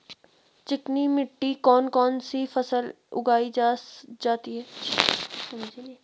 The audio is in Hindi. चिकनी मिट्टी में कौन कौन सी फसल उगाई जाती है?